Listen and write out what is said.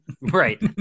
Right